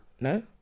No